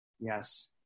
Yes